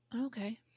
Okay